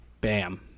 Bam